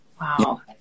wow